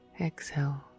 Exhale